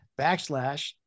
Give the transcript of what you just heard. backslash